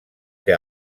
que